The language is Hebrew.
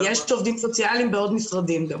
יש עובדים סוציאליים בעוד משרדים.